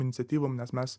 iniciatyvom nes mes